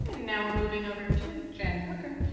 and now we're moving over to jen hooker.